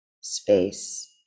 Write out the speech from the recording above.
space